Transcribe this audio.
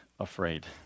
Afraid